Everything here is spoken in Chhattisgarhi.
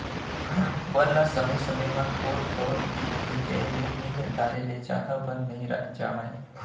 बन ल समे समे म थोर थोर दिन के गए ले निंद डारे ले जादा बन नइ जामय